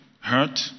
hurt